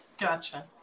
gotcha